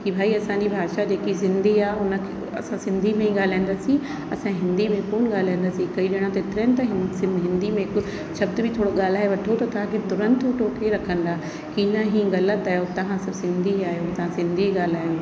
की भई असांजी भाषा जेकि सिंधी आहे उन खे असां सिंधी में ई ॻाल्हाईंदासीं असां हिंदी में कोन ॻाल्हाईंदासी कई ॼणा त एतिरा आहिनि सभु हिंदी में हिकु शब्द बि थोरो ॻाल्हाए वठो त तव्हांखे तुरंत टोके रखंदा की न हीअ ग़लति आहे तव्हां सभु सिंधी आहियो तव्हां सिंधी ॻाल्हायो